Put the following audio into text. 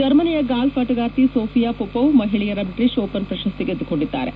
ಜರ್ಮನಿಯ ಗಾಲ್ಫ್ ಆಟಗಾರ್ತಿ ಸೋಫಿಯಾ ಮೊಮೋವ್ ಮಹಿಳೆಯರ ಬ್ರೀಟಿಷ್ ಓಪನ್ ಪ್ರಶಸ್ತಿ ಗೆದ್ದುಕೊಂಡಿದ್ದಾರೆ